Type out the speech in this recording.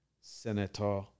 senator